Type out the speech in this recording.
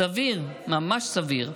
סביר, ממש סביר,